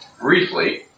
briefly